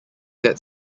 that